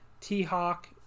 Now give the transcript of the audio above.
T-Hawk